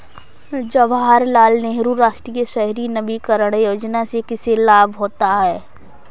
जवाहर लाल नेहरू राष्ट्रीय शहरी नवीकरण योजना से किसे लाभ होता है?